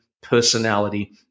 personality